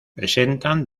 presentan